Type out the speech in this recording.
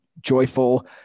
joyful